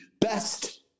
Best